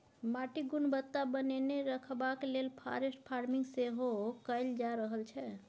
माटिक गुणवत्ता बनेने रखबाक लेल फॉरेस्ट फार्मिंग सेहो कएल जा रहल छै